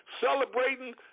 celebrating